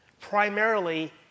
Primarily